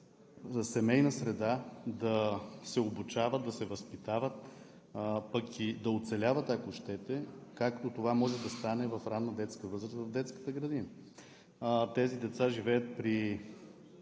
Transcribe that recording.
в семейна среда да се обучават, да се възпитават пък и да оцеляват, ако щете, както това може да стане в ранна детска възраст в детската градина. Тези деца живеят при